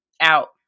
out